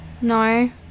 no